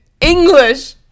English